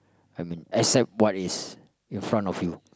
I mean accept what is in front of you